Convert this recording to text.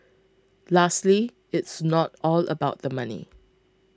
lastly it's not all about the money